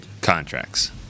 contracts